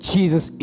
Jesus